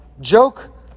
joke